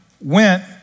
went